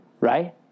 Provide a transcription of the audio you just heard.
right